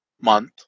month